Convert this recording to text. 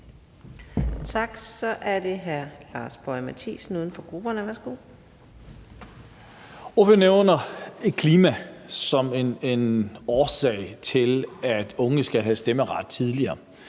nævner klima som en årsag til, at unge skal have stemmeret tidligere,